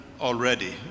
already